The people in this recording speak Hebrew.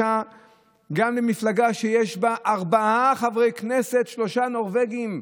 גם במפלגה שיש בה ארבעה חברי כנסת, שלושה נורבגים,